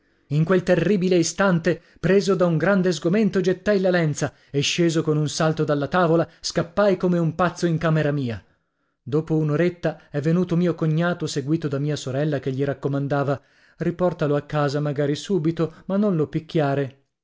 in quel terribile istante preso da un grande sgomento gettai la lenza e sceso con un salto dalla tavola scappai come un pazzo in camera mia dopo un'oretta è venuto mio cognato seguito da mia sorella che gli raccomandava riportalo a casa magari subito ma non lo picchiare